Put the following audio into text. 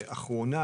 האחרונה.